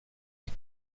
les